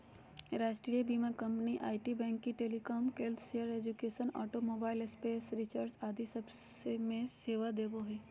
राष्ट्रीय बीमा company IT, banking, telecom, healthcare, education, automobile, space research आदि सब मे सेवा देवो हय